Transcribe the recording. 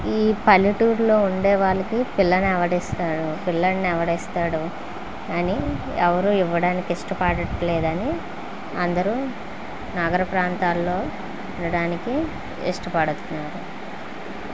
ఈ పల్లెటూర్లో ఉండే వాళ్ళకి పిల్లను ఎవరు ఇస్తారు పిల్లాడిని ఎవరు ఇస్తారు అని ఎవరు ఇవ్వడానికి ఇష్టపడట్లేదని అందరూ నగర ప్రాంతాలలో ఉండడానికి ఇష్టపడుతున్నారు